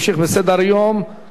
הודעה לסגן מזכירת הכנסת.